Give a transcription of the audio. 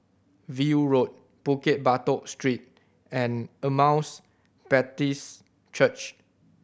View Road Bukit Batok Street and Emmaus Baptist Church